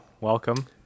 welcome